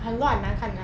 很乱 lah 看 lah